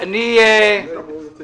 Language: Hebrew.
אבל אני אבדוק את זה.